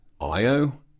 Io